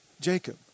Jacob